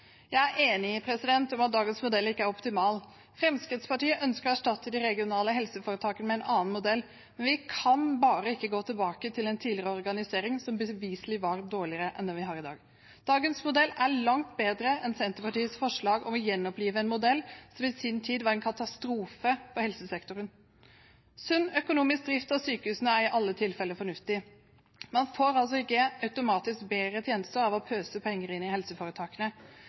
Jeg er enig i at dagens modell ikke er optimal. Fremskrittspartiet ønsker å erstatte de regionale helseforetakene med en annen modell, men vi kan bare ikke gå tilbake til en tidligere organisering som beviselig var dårligere enn den vi har i dag. Dagens modell er langt bedre enn Senterpartiets forslag om å gjenopplive en modell som i sin tid var en katastrofe for helsesektoren. Sunn økonomisk drift av sykehusene er i alle tilfeller fornuftig. Man får ikke automatisk bedre tjenester av å pøse penger inn i helseforetakene.